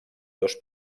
dos